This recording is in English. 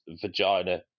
vagina